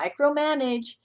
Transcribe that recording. micromanage